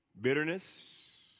bitterness